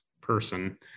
person